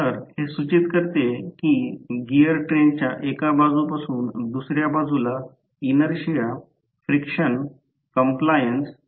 तर इथेही मी एका पुस्तकातून हे घेतले आहे छायाचित्रांमुळे हे काळा रंग दिसते